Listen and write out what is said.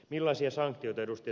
millaisia sanktioita ed